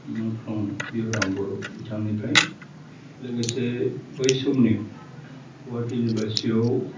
मुंख्लं बिहुराम बर' बिथांनिफ्राय लोगोसे बै समनि गहाटी इउनिभारसिटि आव